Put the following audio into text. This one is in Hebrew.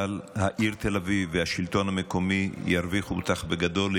אבל העיר תל האביב והשלטון המקומי ירוויחו אותך בגדול.